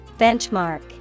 Benchmark